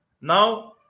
Now